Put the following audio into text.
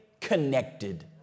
connected